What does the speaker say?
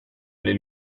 oli